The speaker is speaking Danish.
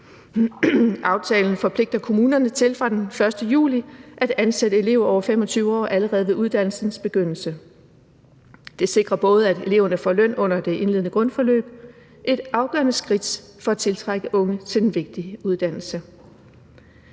Aftalen forpligter kommunerne til fra den 1. juli at ansætte elever over 25 år allerede ved uddannelsens begyndelse. Det sikrer, at eleverne får løn under det indledende grundforløb, et afgørende skridt for at tiltrække unge til den vigtige uddannelse.